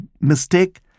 mistake